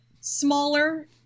smaller